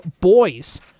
boys